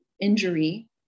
injury